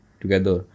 together